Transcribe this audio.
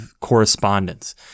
correspondence